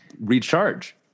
recharge